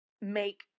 make